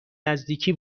نزدیکی